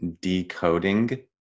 decoding